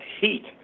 heat